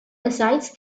besides